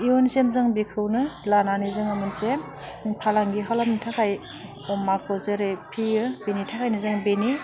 इयुनसिम जों बेखौनो लानानै जोङो मोनसे फालांगि खालामनो थाखाय अमाखौ जेरै फिसियो बिनि थाखायनो जों बेनि